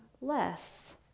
less